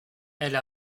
elle